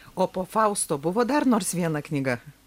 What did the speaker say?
o po fausto buvo dar nors viena knyga